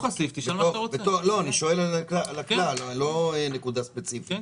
אני שואל על הכלל, לא נקודה ספציפית.